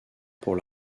pour